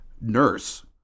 nurse